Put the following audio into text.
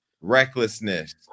Recklessness